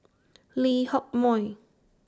Lee Hock Moh